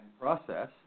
process